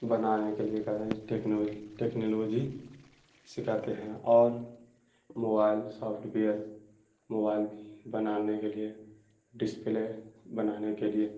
بنانے کے لیے کہا جاتا ہے ٹکنالوجی سکھاتے ہیں اور موبائل سافٹ وئیر موبائل بنانے کے لیے ڈسپلے بنانے کے لیے